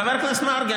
חבר הכנסת מרגי,